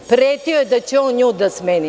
Pretio da će on nju da smeni.